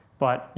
but you